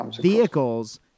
vehicles